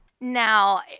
Now